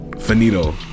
finito